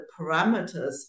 parameters